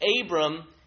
Abram